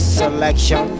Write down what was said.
selection